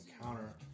encounter